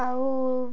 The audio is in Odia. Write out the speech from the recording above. ଆଉ